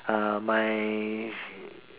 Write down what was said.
uh my